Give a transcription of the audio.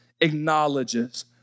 acknowledges